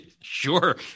Sure